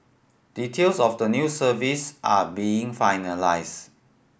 details of the new service are being finalised